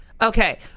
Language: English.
Okay